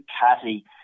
catty